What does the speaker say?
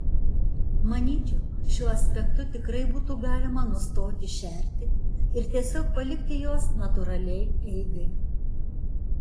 manyčiau šiuo aspektu tikrai būtų galima nustoti šerti ir tiesiog palikti juos natūraliai eigai